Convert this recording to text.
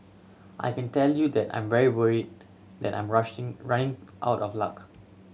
I can tell you that I'm very worried that I'm running out of luck